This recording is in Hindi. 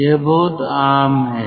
यह बहुत आम है